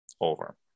over